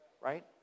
right